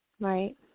Right